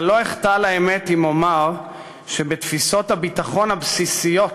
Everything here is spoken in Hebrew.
אבל לא אחטא לאמת אם אומר שבתפיסות הביטחון הבסיסיות